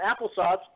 Applesauce